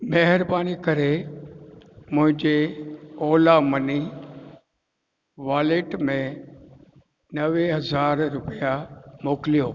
महिरबानी करे मुंहिंजे ओला मनी वॉलेट में नवे हज़ार रुपिया मोकिलियो